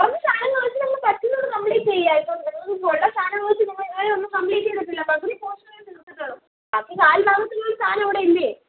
ഉള്ള സാധനംകൊണ്ട് പറ്റുന്നത് കംപ്ലീറ്റ് ചെയ്യുക ഇപ്പം ഞങ്ങൾ ഉള്ള സാധനങ്ങൾ വെച്ച് നിങ്ങൾ ഒന്ന് കംപ്ലീറ്റ് ചെയ്തിട്ടില്ലാട്ടോ പകുതി പോർഷനെ തീർത്തിട്ടുള്ളു അതിൽ കാൽ ഭാഗത്തിനുള്ള സാധനങ്ങൾ ഇവിടെയില്ലേ